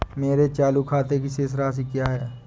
मेरे चालू खाते की शेष राशि क्या है?